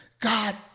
God